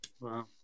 Wow